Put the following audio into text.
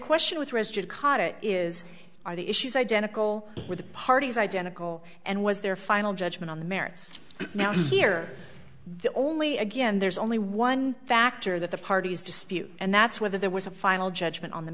question with rested cottage is are the issues identical with the parties identical and was their final judgment on the merits now here the only again there's only one factor that the parties dispute and that's whether there was a final judgment on the